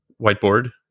whiteboard